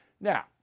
Now